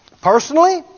personally